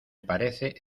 parece